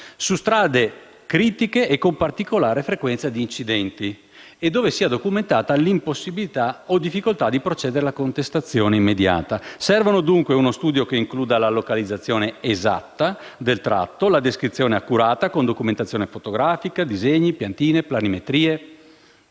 su strade critiche e con particolare frequenza di incidenti e dove sia documentata l'impossibilità o la difficoltà di procedere alla contestazione immediata. Servono dunque uno studio che includa la localizzazione esatta del tratto, la sua descrizione accurata (con documentazione fotografica, disegni, piantine e planimetrie),